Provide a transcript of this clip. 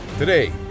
Today